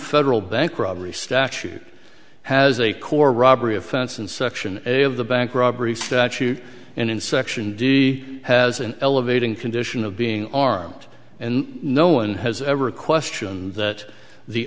federal bank robbery statute has a core robbery offense in section a of the bank robbery statute and in section d has an elevating condition of being armed and no one has ever questioned that the